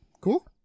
Cool